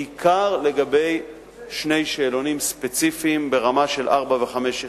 בעיקר לגבי שני שאלונים ספציפיים ברמה של ארבע וחמש יחידות.